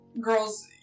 Girls